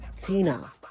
tina